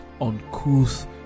uncouth